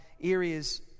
areas